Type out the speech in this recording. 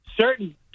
certain